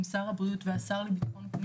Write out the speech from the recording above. שר הבריאות והשר לבט"פ,